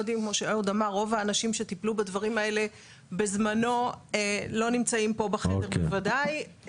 רוב האנשים שטיפלו בדברים האלה בזמנו לא נמצאים פה בחדר בוודאי.